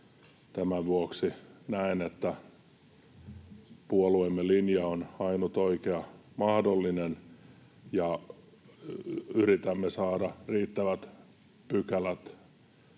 Tämän vuoksi näen, että puolueemme linja on ainut oikea mahdollinen, ja yritämme saada riittävät pykälät